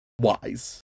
wise